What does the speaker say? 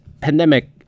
pandemic